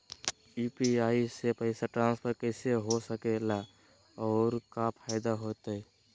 UPI से पैसा transfer कैसे हो सके ला और का फायदा होएत?